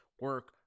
Work